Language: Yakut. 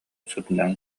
сытынан